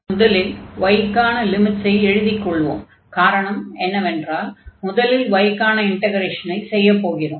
முதலில் y க்கான லிமிட்ஸை எழுதிக்கொள்வோம் காரணம் என்னவென்றால் முதலில் y க்கான இன்டக்ரேஷனை செய்யப் போகிறோம்